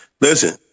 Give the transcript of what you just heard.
Listen